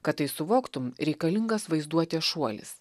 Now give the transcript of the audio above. kad tai suvoktum reikalingas vaizduotės šuolis